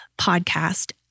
podcast